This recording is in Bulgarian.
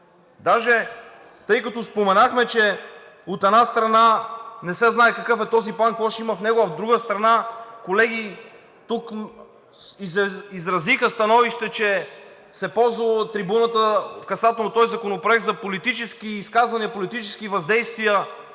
Даже, тъй като споменахме, че от една страна, не се знае какъв е този план, какво ще има в него, а от друга страна, колеги тук изразиха становище, че се ползвала трибуната касателно този законопроект за политически изказвания, политически въздействия,